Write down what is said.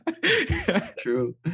true